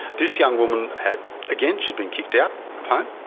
this young woman had again, she'd been kicked out of home,